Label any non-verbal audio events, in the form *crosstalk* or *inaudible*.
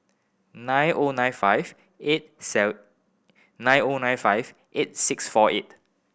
nine O nine five eight *unintelligible* nine O nine five eight six four eight